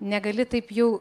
negali taip jau